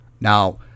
Now